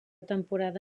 temporada